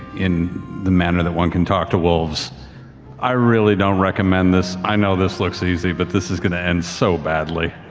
in the manner that one can talk to wolves i really don't recommend this. i know this looks easy, but this is going to end so badly.